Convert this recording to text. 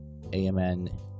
amn